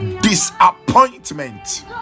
disappointment